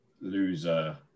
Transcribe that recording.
loser